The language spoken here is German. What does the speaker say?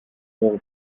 teure